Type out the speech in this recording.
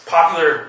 Popular